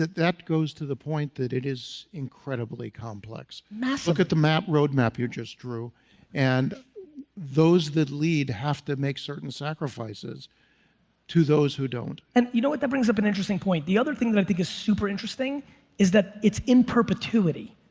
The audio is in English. that that goes to the point that it is incredibly complex. look at the roadmap you just drew and those that lead have to make certain sacrifices to those who don't. and you know what that brings up an interesting point, the other thing that i think is super interesting is that it's in perpetuity.